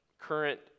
current